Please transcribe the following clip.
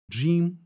Dream